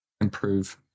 improve